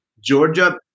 Georgia